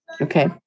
Okay